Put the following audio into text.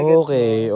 okay